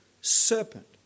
serpent